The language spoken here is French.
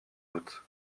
doute